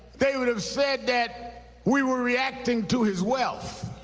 they would have said that we were reacting to his wealth.